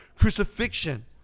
crucifixion